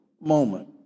moment